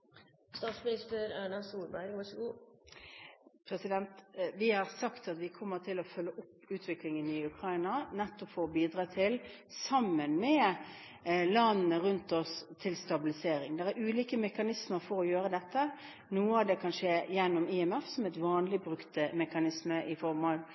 Vi har sagt at vi kommer til å følge opp utviklingen i Ukraina, nettopp for, sammen med landene rundt oss, å bidra til stabilisering. Det er ulike mekanismer for å gjøre dette. Noe av det kan skje gjennom IMF, som er en vanlig brukt mekanisme, i